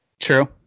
True